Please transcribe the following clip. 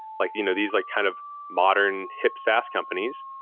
like you know these like kind of modern hip saas companies,